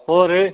ਹੋਰ